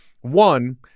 One